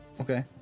Okay